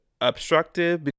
obstructive